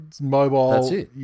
mobile